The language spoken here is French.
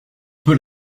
peut